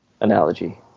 analogy